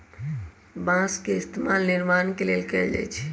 बास के इस्तेमाल निर्माण के लेल कएल जाई छई